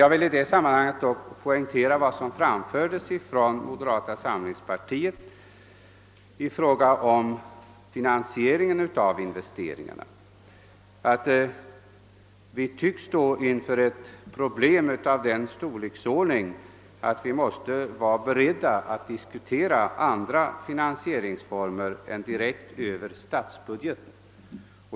Jag vill dock understryka vad vi inom moderata samlingspartiet uttalat i fråga om finansieringen av investeringarna, nämligen att problemet tycks vara av den storleksordningen att man måste vara beredd att diskutera andra finansieringsformer än finansiering direkt över statsbudgeten.